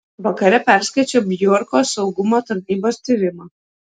vakare perskaičiau bjorko saugumo tarnybos tyrimą